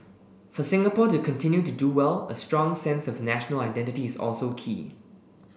for Singapore to continue to do well a strong sense of national identity is also key